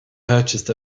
purchased